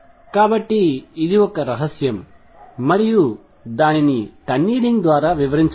కాబట్టి ఇది ఒక రహస్యం మరియు దానిని టన్నలింగ్ ద్వారా వివరించవచ్చు